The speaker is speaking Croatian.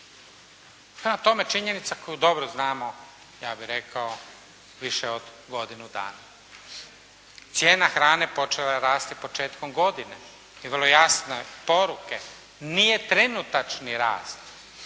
Prema tome činjenica koju dobro znamo ja bih rekao više od godinu dana. Cijena hrane počela je rasti početkom godine i vrlo jasne poruke nije trenutačni rast.